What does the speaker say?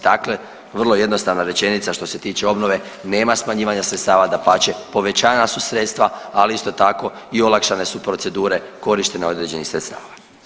Dakle, vrlo je jednostavna rečenica što se tiče obnove nema smanjivanja sredstava, dapače povećana su sredstva, ali isto tako i olakšane su procedure korištenja određenih sredstava.